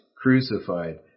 crucified